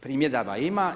Primjedaba ima.